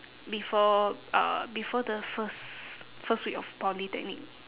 before uh before the first first week of polytechnic